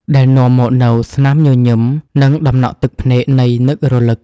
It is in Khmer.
ដែលនាំមកនូវទាំងស្នាមញញឹម និងតំណក់ទឹកភ្នែកនៃនឹករលឹក។